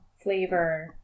flavor